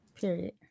period